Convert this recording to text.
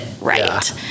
right